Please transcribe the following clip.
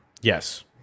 yes